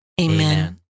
Amen